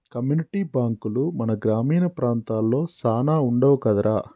community బాంకులు మన గ్రామీణ ప్రాంతాలలో సాన వుండవు కదరా